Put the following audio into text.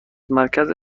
مرکز